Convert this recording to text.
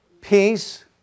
Peace